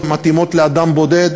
מתאימות לאדם בודד,